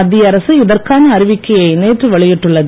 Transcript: மத்திய அரசு இதற்கான அறிவிக்கையை நேற்று வெளியிட்டுள்ளது